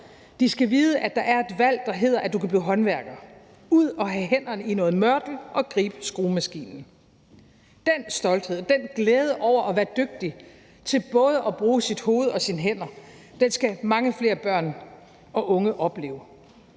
De skal vide, at der er et valg, der hedder, at du kan blive håndværker, ud og have hænderne i noget mørtel og gribe skruemaskinen. Den stolthed, den glæde over at være dygtig til både at bruge sit hoved og sine hænder, skal mange flere børn og unge opleve.